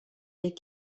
des